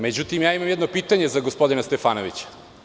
Međutim, ja imam jedno pitanje za gospodina Stefanovića.